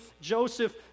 Joseph